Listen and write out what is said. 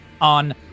on